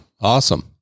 Awesome